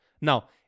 Now